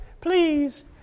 please